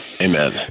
Amen